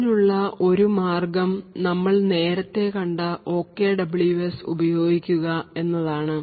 അതിനുള്ള ഒരു മാർഗ്ഗം നമ്മൾ നേരത്തെ കണ്ട OKWS ഉപയോഗിക്കുക എന്നതാണ്